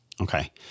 Okay